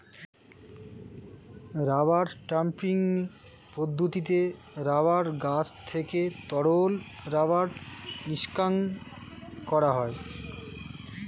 rubber tapping পদ্ধতিতে rubber গাছ থেকে তরল রাবার নিষ্কাশণ করা হয়